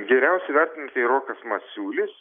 geriausiai vertinti rokas masiulis